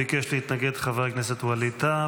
ביקש להתנגד חבר הכנסת ווליד טאהא,